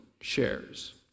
shares